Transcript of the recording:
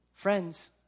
Friends